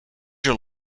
your